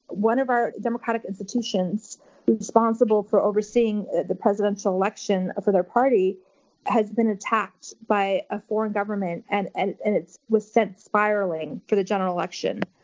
one of our democratic institutions responsible for overseeing the president's election for their party has been attacked by a foreign government, and and and it was sent spiraling for the general election.